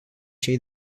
cei